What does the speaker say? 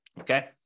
okay